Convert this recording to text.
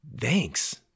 Thanks